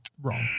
wrong